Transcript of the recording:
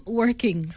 working